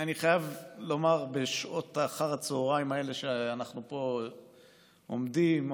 אני חייב לומר בשעות אחר הצוהריים האלה שאנחנו עומדים פה,